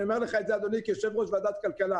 אני אומר לך את זה, אדוני, כיושב ראש ועדת כלכלה.